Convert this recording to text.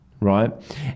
right